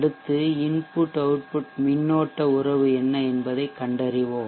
அடுத்து input output மின்னோட்ட உறவு என்ன என்பதைக் கண்டறிவோம்